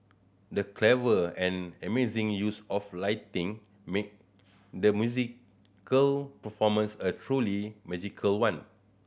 the clever and amazing use of lighting made the musical performance a truly magical one